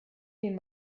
den